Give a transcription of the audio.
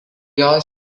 jos